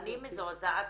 אני מזועזעת